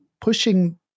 pushing